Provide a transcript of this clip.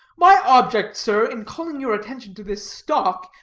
my object, sir, in calling your attention to this stock,